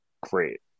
great